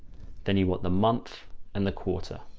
then you want the month and the quarter.